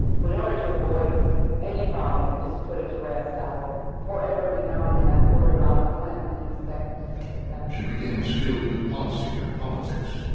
but in order to avoid any problem and just to put it to rest, i will forever be known as hillary rodham clinton. and narrator she became skilled at policy and politics,